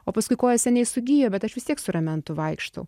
o paskui koja seniai sugijo bet aš vis tiek su ramentu vaikštau